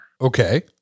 okay